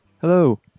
Hello